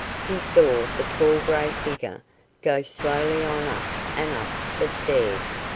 he saw the tall grey figure go slowly on up and up the stairs,